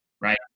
Right